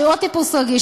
עוד טיפוס רגיש,